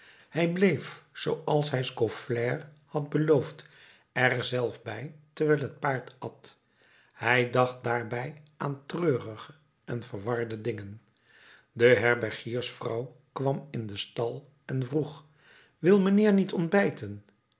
hij bleef zooals hij scaufflaire had beloofd er zelf bij terwijl het paard at hij dacht daarbij aan treurige en verwarde dingen de herbergiersvrouw kwam in den stal en vroeg wil mijnheer niet ontbijten